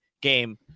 game